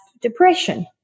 depression